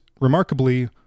remarkably